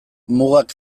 mugak